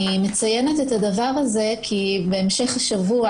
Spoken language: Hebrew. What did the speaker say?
אני מציינת את הדבר הזה כי בהמשך השבוע,